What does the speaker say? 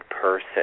person